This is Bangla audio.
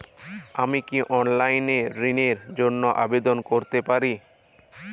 আমি কি অনলাইন এ ঋণ র জন্য আবেদন করতে পারি?